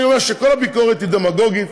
אני אומר שכל הביקורת היא דמגוגית,